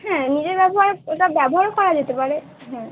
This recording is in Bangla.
হ্যাঁ নিজে ব্যবহার এটা ব্যবহার করা যেতে পারে হ্যাঁ